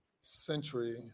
century